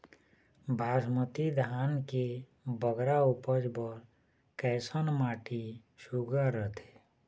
बासमती धान के बगरा उपज बर कैसन माटी सुघ्घर रथे?